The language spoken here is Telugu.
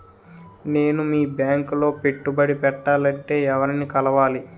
నేను మీ బ్యాంక్ లో పెట్టుబడి పెట్టాలంటే ఎవరిని కలవాలి?